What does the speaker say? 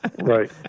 right